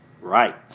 Right